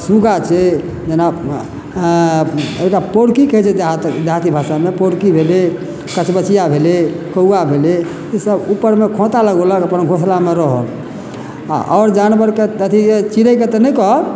सुगा छै जेना एकटा पोरकी कहै छै देहात देहाती भाषामे पोड़की भेलै कचबचिया भेलै कौआ भेलै ई सभ ऊपरमे खोता लगेलक अपन घोसलामे रहल आ आओर जानवरके अथी चिड़ैके तऽ नहि कहब